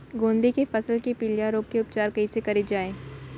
गोंदली के फसल के पिलिया रोग के उपचार कइसे करे जाये?